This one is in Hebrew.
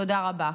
תודה רבה.